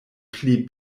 pli